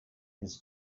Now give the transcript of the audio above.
his